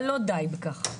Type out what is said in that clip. אבל לא די בכך.